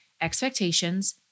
expectations